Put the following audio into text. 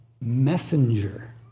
messenger